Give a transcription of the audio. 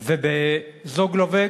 וב"זוגלובק",